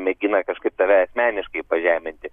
mėgina kažkaip tave asmeniškai pažeminti